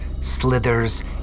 slithers